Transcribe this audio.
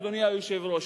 אדוני היושב-ראש,